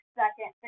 second